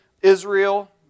Israel